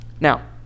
Now